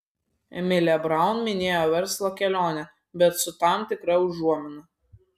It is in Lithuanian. emilė braun minėjo verslo kelionę bet su tam tikra užuomina